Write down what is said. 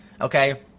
Okay